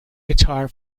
guitar